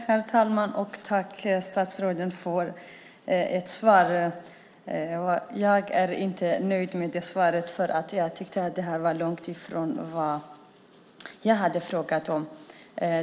Herr talman! Jag tackar statsrådet för svaret. Jag är inte nöjd med svaret, eftersom det är långt ifrån vad jag frågat om.